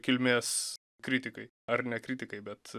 kilmės kritikai ar ne kritikai bet